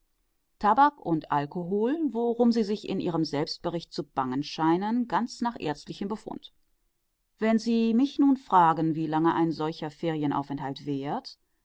tabak und alkohol worum sie sich in ihrem selbstbericht zu bangen scheinen ganz nach ärztlichem befund wenn sie mich nun fragen wie lange ein solcher ferienaufenthalt währt